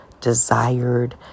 desired